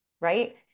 Right